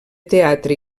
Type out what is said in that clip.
teatre